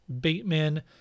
Bateman